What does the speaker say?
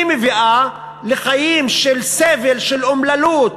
היא מביאה לחיים של סבל, של אומללות